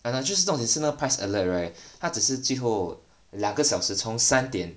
I know just 重点是那个 price alert right 它只是最后两个小时从三点